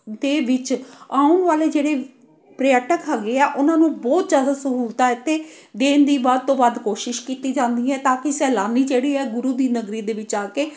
ਦੇ ਵਿੱਚ ਆਉਣ ਵਾਲੇ ਜਿਹੜੇ ਪ੍ਰਿਆਟਕ ਹੈਗੇ ਆ ਉਹਨਾਂ ਨੂੰ ਬਹੁਤ ਜ਼ਿਆਦਾ ਸਹੂਲਤਾਂ ਇੱਥੇ ਦੇਣ ਦੀ ਵੱਧ ਤੋਂ ਵੱਧ ਕੋਸ਼ਿਸ਼ ਕੀਤੀ ਜਾਂਦੀ ਹੈ ਤਾਂ ਕਿ ਸੈਲਾਨੀ ਜਿਹੜੇ ਹੈ ਗੁਰੂ ਦੀ ਨਗਰੀ ਦੇ ਵਿੱਚ ਆ ਕੇ